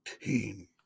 team